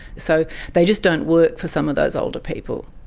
so they just don't work for some of those older people.